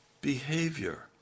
behavior